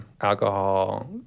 alcohol